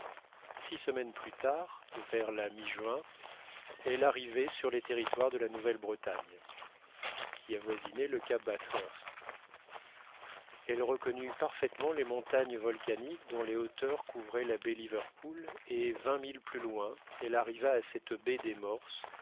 six semaines plus tard vers la mi juin elle arrivait sur les territoires de la nouvelle bretagne qui avoisinaient le cap bathurst elle reconnut parfaitement les montagnes volcaniques dont les hauteurs couvraient la baie liverpool et vingt milles plus loin elle arriva à cette baie des morses